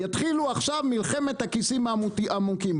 יתחילו עכשיו מלחמת הכיסים העמוקים.